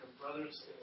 brothers